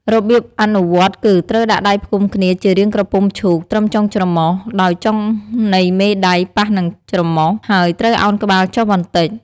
របៀបអនុវត្តគឺ ត្រូវដាក់ដៃផ្គុំគ្នាជារាងក្រពុំឈូកត្រឹមចុងច្រមុះ ដោយចុងនៃមេដៃប៉ះនឹងច្រមុះ ហើយត្រូវឱនក្បាលចុះបន្តិច។